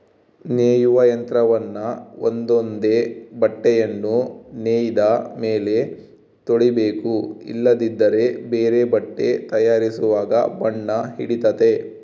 ನೇಯುವ ಯಂತ್ರವನ್ನ ಒಂದೊಂದೇ ಬಟ್ಟೆಯನ್ನು ನೇಯ್ದ ಮೇಲೆ ತೊಳಿಬೇಕು ಇಲ್ಲದಿದ್ದರೆ ಬೇರೆ ಬಟ್ಟೆ ತಯಾರಿಸುವಾಗ ಬಣ್ಣ ಹಿಡಿತತೆ